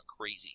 crazy